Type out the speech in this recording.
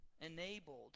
enabled